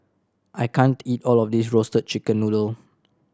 I can't eat all of this Roasted Chicken Noodle